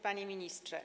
Panie Ministrze!